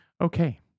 Okay